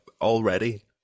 already